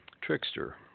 trickster